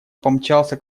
помчался